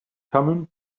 thummim